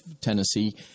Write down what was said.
tennessee